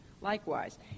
likewise